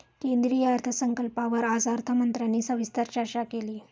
केंद्रीय अर्थसंकल्पावर आज अर्थमंत्र्यांनी सविस्तर चर्चा केली